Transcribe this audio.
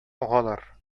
агалар